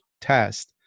test